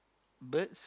birds